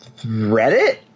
Reddit